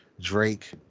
Drake